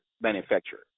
manufacturer